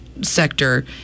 sector